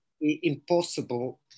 impossible